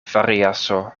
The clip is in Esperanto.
variaso